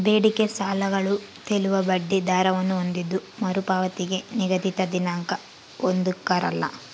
ಬೇಡಿಕೆ ಸಾಲಗಳು ತೇಲುವ ಬಡ್ಡಿ ದರವನ್ನು ಹೊಂದಿದ್ದು ಮರುಪಾವತಿಗೆ ನಿಗದಿತ ದಿನಾಂಕ ಹೊಂದಿರಕಲ್ಲ